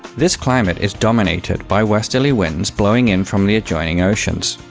this climate is dominated by westerly winds blowing in from the adjoining oceans.